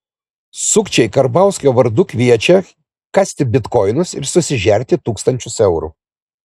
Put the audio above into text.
sukčiai karbauskio vardu kviečia kasti bitkoinus ir susižerti tūkstančius eurų